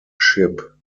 ship